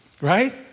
right